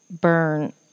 burn